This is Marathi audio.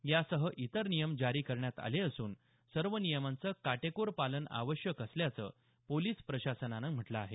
यासह इतर नियम जारी करण्यात आले असून सर्व नियमांचं काटेकोर पालन आवश्यक असल्याचं पोलीस प्रशासनानं म्हटलं आहे